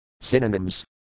Synonyms